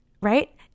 Right